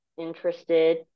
interested